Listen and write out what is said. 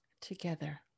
together